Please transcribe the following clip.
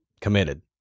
committed